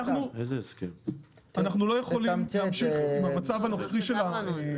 בתקנות האלה יש הגדלה של מכסה,